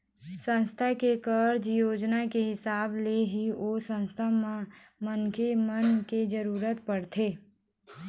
संस्था के कारज योजना के हिसाब ले ही ओ संस्था म मनखे मन के जरुरत पड़थे